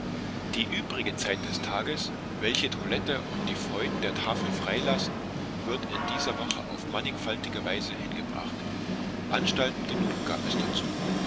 die übrige zeit des tages welche toilette und die freunden der tafel freilassen wird in dieser woche auf mannigfache weise hingebracht anstalten genug gab es dazu